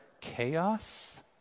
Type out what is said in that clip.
chaos